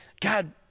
God